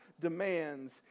demands